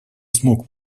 смог